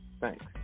thanks